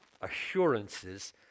assurances